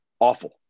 Awful